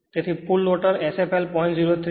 તેથી full rotor Sfl 0